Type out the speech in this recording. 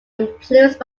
influenced